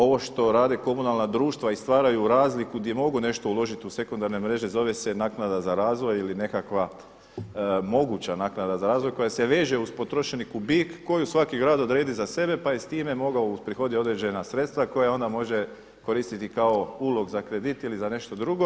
Ovo što rade komunalna društva i stvaraju razliku gdje mogu nešto uložiti u sekundarne mreže zove se naknada za razvoj ili nekakva moguća naknada za razvoj koja se veže uz potrošeni kubik koju svaki grad odredi za sebe pa je s time mogao uprihodi određena sredstva koja onda može koristiti kao ulog za kredit ili za nešto drugo.